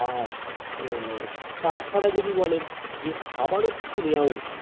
আর তাছাড়া যদি বলেন যে খাবারও কিছু নেয়া উচিৎ